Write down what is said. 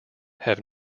have